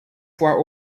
fois